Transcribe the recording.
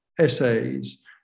essays